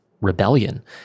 rebellion